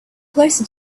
closer